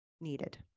needed